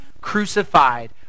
crucified